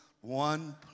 one